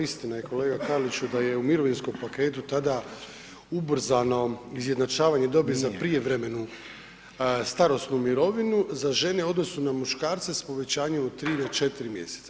Istina je, kolega Karliću da je u mirovinskom paketu tada ubrzano izjednačavanje dobi za prijevremenu starosnu mirovinu za žene u odnosu na muškarce s povećanjem 3 do 4 mjeseca.